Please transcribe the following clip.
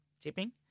tipping